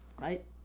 right